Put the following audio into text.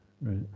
right